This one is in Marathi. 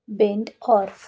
बेंडऑर्फ